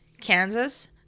Kansas